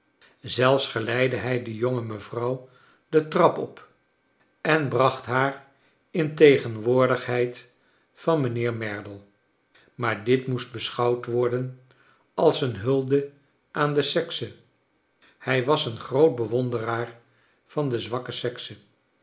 zelfs geleidde hij de jonge mevrouw de trap op en bracht haar in tegenwoordigheid van mijnheer merdle maar dit moest beschouwd worden als een hulde aan de sexe hij was een groot bewonderaar van de zwakke sexe